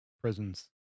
prisons